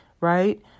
Right